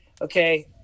okay